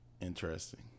interesting